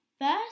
First